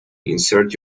insert